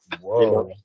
Whoa